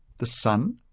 the sun,